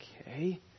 okay